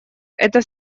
это